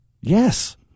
Yes